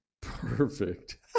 perfect